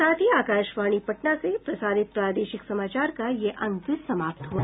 इसके साथ ही आकाशवाणी पटना से प्रसारित प्रादेशिक समाचार का ये अंक समाप्त हुआ